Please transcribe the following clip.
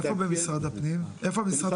איפה במשרד המשפטים?